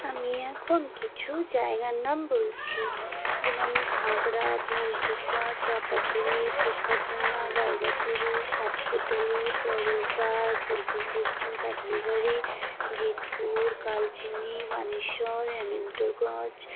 আমি এখন কিছু জায়গার নাম বলছি যেমন ঘাগড়া পঞ্চুকা চাঁপাতুলি ফুচকারডাঙ্গা বাইরাগুড়ি সাতকোদালি পুর্বপাড় পূর্ব পশ্চিম কাঁঠালবাড়ি জিতপুর কালচিনি মানেশ্বর হ্যামিল্টনগঞ্জ